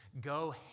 go